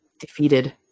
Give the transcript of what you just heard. Defeated